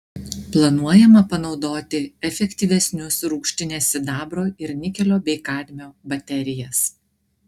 planuojama panaudoti efektyvesnius rūgštinės sidabro ir nikelio bei kadmio baterijas